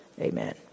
Amen